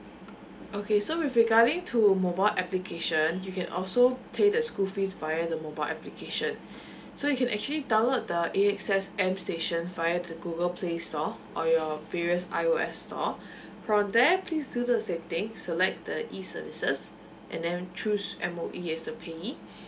okay so with regarding to mobile application you can also pay the school fees via the mobile application so you can actually download the A_X_S M station via to google play store or your previous I_O_S store from there please do the same things select the E services and then choose M_O_E as the payee